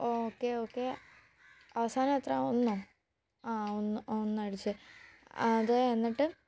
okay okay അവസാനം എത്രയാണ് ഒന്നോ ആ ഒന്ന് ഒന്നടിച്ചേ അതെ എന്നിട്ട്